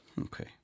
okay